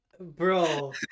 bro